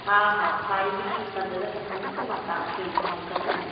हा हा काई बि मदद खपंदी त मां तव्हांखे इंफॉम कंदमि